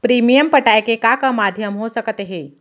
Premium पटाय के का का माधयम हो सकत हे?